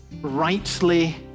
rightly